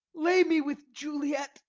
lay me with juliet.